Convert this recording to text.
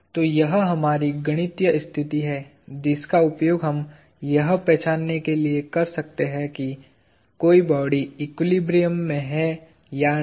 तो यह हमारी गणितीय स्थिति है जिसका उपयोग हम यह पहचानने के लिए कर सकते हैं कि कोई बॉडी एक्विलिब्रियम में है या नहीं